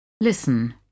listen